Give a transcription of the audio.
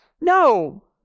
No